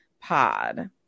Pod